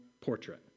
portrait